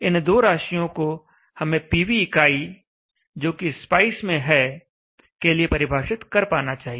इन दो राशियों को हमें पीवी इकाई जोकि स्पाइस में है के लिए परिभाषित कर पाना चाहिए